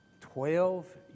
Twelve